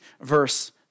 verse